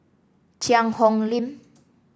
Cheang Hong Lim